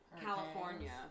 California